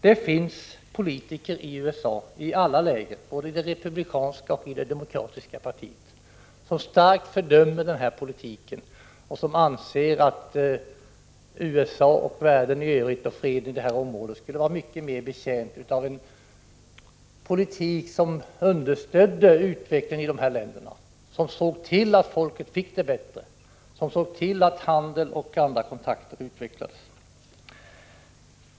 Det finns politiker i USA i alla läger, både i det republikanska och i det demokratiska partiet, som starkt fördömer USA:s politik och som anser att USA, världen i övrigt och freden i området skulle gagnas mycket mer av en politik som understödde utvecklingen i länderna i fråga, som såg till att folket fick det bättre och att handel och andra kontakter utvecklades.